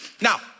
Now